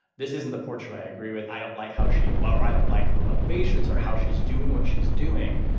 this isn't the portrait. i agree with i don't like how she. well, i don't like her motivations or how she's doing what she's doing.